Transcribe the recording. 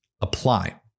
apply